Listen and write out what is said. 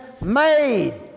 made